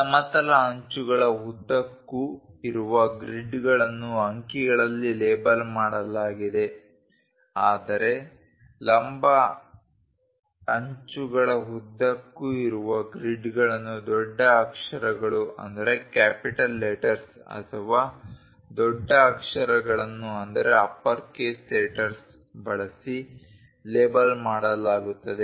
ಸಮತಲ ಅಂಚುಗಳ ಉದ್ದಕ್ಕೂ ಇರುವ ಗ್ರಿಡ್ಗಳನ್ನು ಅಂಕಿಗಳಲ್ಲಿ ಲೇಬಲ್ ಮಾಡಲಾಗಿದೆ ಆದರೆ ಲಂಬ ಅಂಚುಗಳ ಉದ್ದಕ್ಕೂ ಇರುವ ಗ್ರಿಡ್ಗಳನ್ನು ದೊಡ್ಡ ಅಕ್ಷರಗಳು ಅಥವಾ ದೊಡ್ಡ ಅಕ್ಷರಗಳನ್ನು ಬಳಸಿ ಲೇಬಲ್ ಮಾಡಲಾಗುತ್ತದೆ